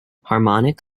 harmonic